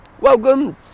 Welcome